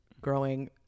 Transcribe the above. growing